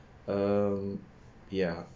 um ya